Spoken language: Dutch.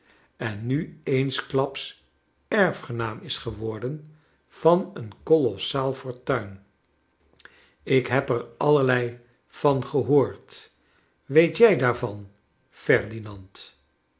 eensklaps erfgenaam is geworden van een kolossaal fortuin ik heb er allerlei van gehoord weet jij daarvan ferdinand